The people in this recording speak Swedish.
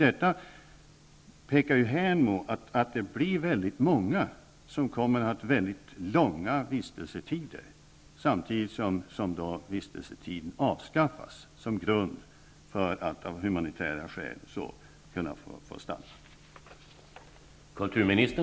Detta pekar mot att det kommer att vara väldigt många som får synnerligen långa vistelsetider; och detta samtidigt som vistelsetiden avskaffas som grund för att människor av humanitära skäl får stanna här.